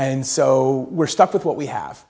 and so we're stuck with what we have